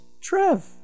Trev